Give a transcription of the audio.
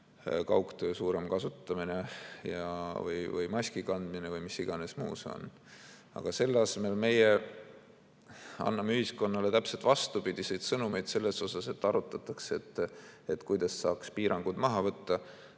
kaugtöö suurem kasutamine või maski kandmine või mis iganes muu. Aga selle asemel meie anname ühiskonnale täpselt vastupidiseid sõnumeid: arutatakse, kuidas saaks piirangud maha võtta.